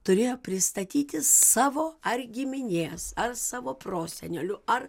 turėjo pristatyti savo ar giminės ar savo prosenelių ar